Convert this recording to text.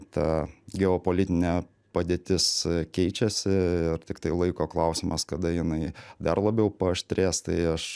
ta geopolitinė padėtis keičiasi ir tiktai laiko klausimas kada jinai dar labiau paaštrės tai aš